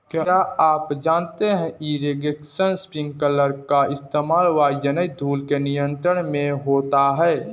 क्या आप जानते है इरीगेशन स्पिंकलर का इस्तेमाल वायुजनित धूल के नियंत्रण में होता है?